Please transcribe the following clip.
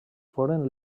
foren